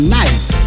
nice